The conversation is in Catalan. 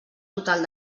total